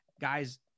guys